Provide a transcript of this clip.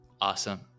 awesome